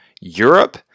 Europe